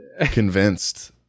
convinced